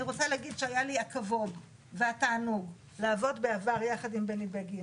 אני רוצה להגיד שהיה לי הכבוד והתענוג לעבוד בעבר יחד עם בני בגין.